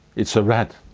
it's a rat.